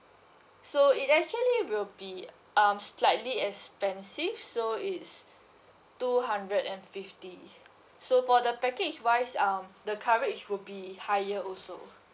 so it actually will be um slightly expensive so it's two hundred and fifty so for the package wise um the coverage will be higher also